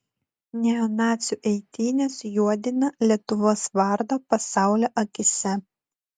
neonacių eitynės juodina lietuvos vardą pasaulio akyse